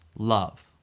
love